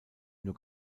nur